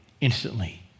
instantly